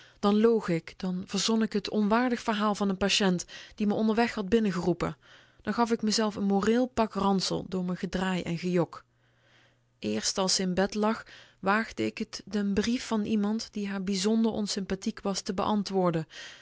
dan g ik dan verzon k t onwaardig verhaal van n patiënt die me onderweg had binnengeroepen dan gaf k mezelf n moreel pak ransel door m'n gedraai en gejok eerst als ze in bed lag wààgde k t den brief van iemand die haar bijzonder onsympathiek was te beantwoorden